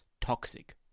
toxic